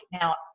now